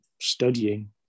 studying